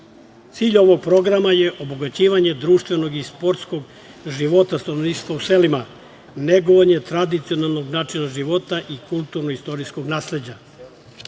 Cilj ovog programa je obogaćivanje društvenog i sportskog života stanovništva u selima, negovanje tradicionalnog načina života i kulturno-istorijskog nasleđa. Imajući